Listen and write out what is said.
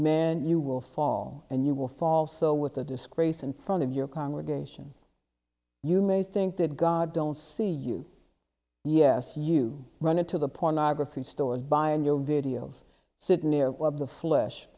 man you will fall and you will fall so with the disgrace and front of your congregation you may think that god don't see you yes you run into the pornography stores buying your videos sit near of the flesh